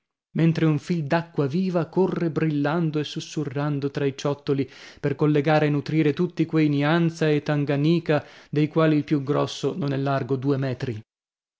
mentre un fil d'acqua viva corre brillando e sussurrando tra i ciottoli per collegare e nutrire tutti quei nianza e tanganica dei quali il più grosso non è largo due metri